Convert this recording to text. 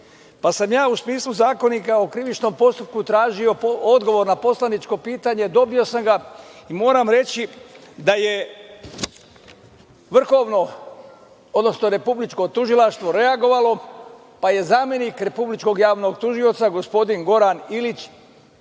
Ja sam u smislu Zakonika o krivičnom postupku tražio odgovor na poslaničko pitanje i dobio sam ga. Moram reći da je Republičko tužilaštvo reagovalo, pa je zamenik Republičkog javnog tužioca, gospodin Goran Ilić,